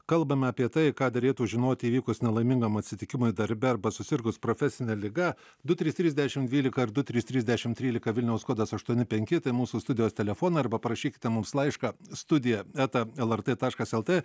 kalbame apie tai ką derėtų žinoti įvykus nelaimingam atsitikimui darbe arba susirgus profesine liga du trys trys dešim dvylika ir du trys trys dešim trylika vilniaus kodas aštuoni penki tai mūsų studijos telefonai arba parašykite mums laišką studija eta lrt taškas lt